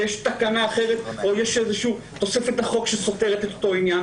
אלא שיש תקנה אחרת או איזושהי תוספת לחוק שסותרת את אותו עניין.